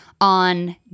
on